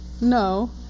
no